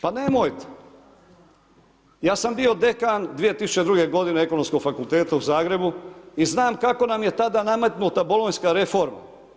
Pa nemojte, ja sam bio dekan 2002. g. na Ekonomskom fakultetu u Zagrebu i znam kako nam je tada nametnuta bolonjski reforma.